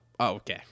Okay